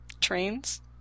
Trains